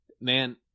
man